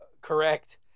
Correct